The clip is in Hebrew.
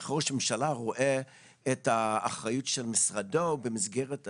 איך ראש הממשלה רואה את האחריות של משרדו במסגרת הזאת?